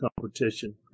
competition